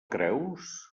creus